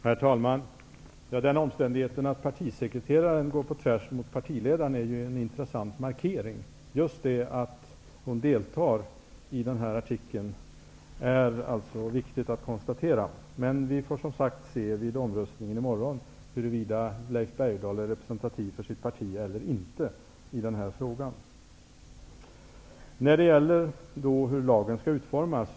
Herr talman! Den omständigheten att partisekreteraren går på tvärs mot partiledaren är en intressant markering. Just det att hon deltar i artikeln är alltså viktigt att konstatera. Vi får som sagt se vid omröstningen i morgon huruvida Leif Bergdahl är representativ för sitt parti eller inte i denna fråga. Jag frågade hur lagen skall utformas.